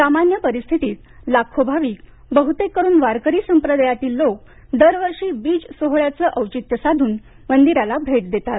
सामान्य परिस्थितीत लाखो भाविक बहुतेक करून वारकरी संप्रदायातील लोक दरवर्षी बीज सोहळ्याचे औचित्य साधून मंदिराला भेट देतात